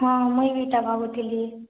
ହଁ ମୁଇଁ ଏଇଟା ଭାବୁଥିଲି